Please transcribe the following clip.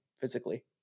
physically